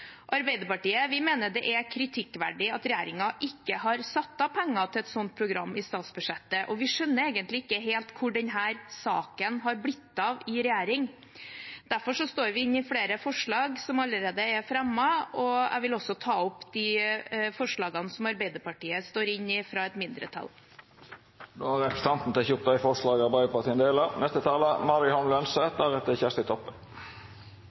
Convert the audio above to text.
Arbeiderpartiet mener det er kritikkverdig at regjeringen ikke har satt av penger til et sånt program i statsbudsjettet, og vi skjønner egentlig ikke helt hvor denne saken har blitt av i regjering. Derfor står vi inne i flere forslag som allerede er fremmet. Jeg vil også ta opp de forslagene som Arbeiderpartiet står inne i, fra et mindretall. Representanten Ingvild Kjerkol har teke opp dei forslaga